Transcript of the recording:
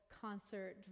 concert